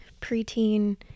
preteen